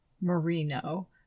Merino